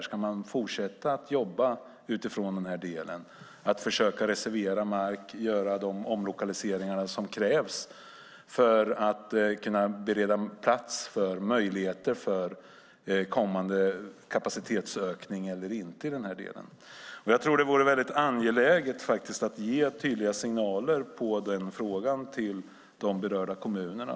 Ska man fortsätta jobba utifrån detta och försöka reservera mark och göra de omlokaliseringar som krävs för att kunna bereda plats och möjligheter för kommande kapacitetsökning? Jag tror att det är väldigt angeläget att ge tydliga signaler i den frågan till de berörda kommunerna.